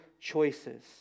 choices